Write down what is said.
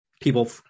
people